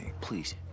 Please